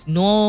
no